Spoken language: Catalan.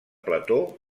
plató